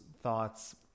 thoughts